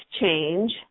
change